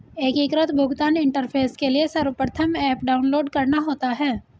एकीकृत भुगतान इंटरफेस के लिए सर्वप्रथम ऐप डाउनलोड करना होता है